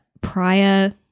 prior